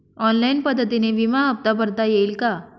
Online पद्धतीने विमा हफ्ता भरता येईल का?